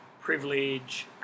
privilege